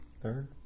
third